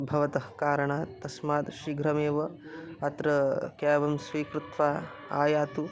भवतः कारणात् तस्मात् शीघ्रमेव अत्र क्याबं स्वीकृत्वा आयातु